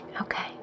okay